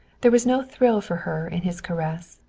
there was no thrill for her in his caress,